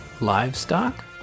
Livestock